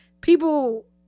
people